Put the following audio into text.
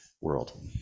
world